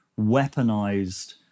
weaponized